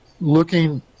looking